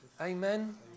Amen